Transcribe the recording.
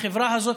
לחברה הזאת,